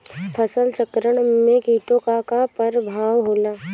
फसल चक्रण में कीटो का का परभाव होला?